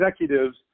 executives